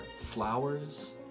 flowers